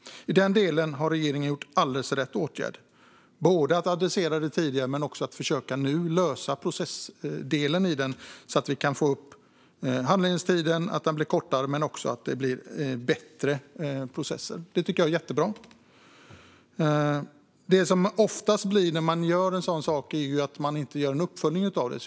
I den delen har regeringen vidtagit alldeles rätt åtgärder när det gäller både att adressera detta tidigare och att nu försöka lösa processdelen för att förkorta handläggningstiden och få till stånd bättre processer. Det tycker jag är jättebra! Det som oftast händer när man gör en sådan sak är att man inte gör någon uppföljning.